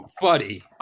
Buddy